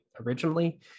originally